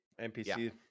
npc